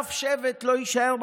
שאף שבט לא יישאר במדבר.